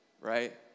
right